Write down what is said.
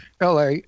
LA